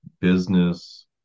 business